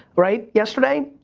right, yesterday,